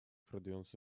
продвинуться